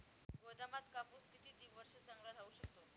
गोदामात कापूस किती वर्ष चांगला राहू शकतो?